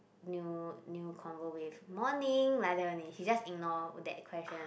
new new convo with morning like that only he just ignore that question